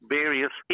various